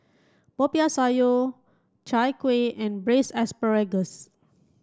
Popiah Sayur Chai Kuih and braised asparagus